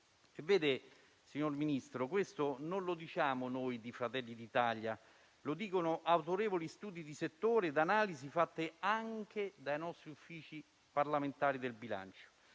Vede, signor Ministro, questo non lo diciamo noi di Fratelli d'Italia, ma lo dicono autorevoli studi di settore ed analisi fatte anche dai nostri uffici parlamentari del bilancio.